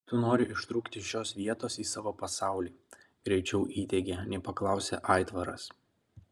tu nori ištrūkti iš šios vietos į savo pasaulį greičiau įteigė nei paklausė aitvaras